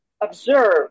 observe